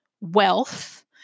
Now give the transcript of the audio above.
wealth